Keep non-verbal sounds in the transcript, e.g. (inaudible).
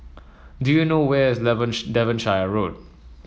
do you know where is (unintelligible) Devonshire Road